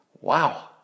Wow